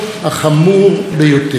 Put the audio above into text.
קהלת לימד אותנו,